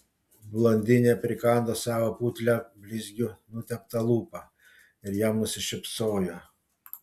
blondinė prikando savo putlią blizgiu nuteptą lūpą ir jam nusišypsojo